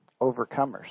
overcomers